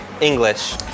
English